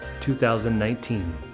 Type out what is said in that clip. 2019